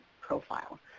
profile